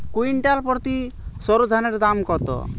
Quintal প্রতি সরুধানের দাম কত?